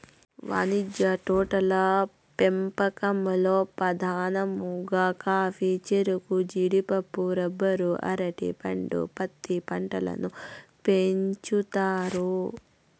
వాణిజ్య తోటల పెంపకంలో పధానంగా కాఫీ, చెరకు, జీడిపప్పు, రబ్బరు, అరటి పండు, పత్తి పంటలను పెంచుతారు